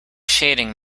shading